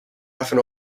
often